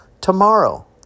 tomorrow